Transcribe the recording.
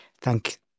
Thank